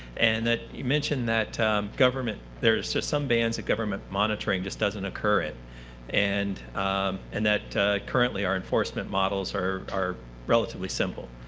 and you mentioned that government, there are so some bands that government monitoring just doesn't occur in and and that currently our enforcement models are are relatively simple.